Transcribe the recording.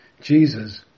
Jesus